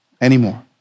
anymore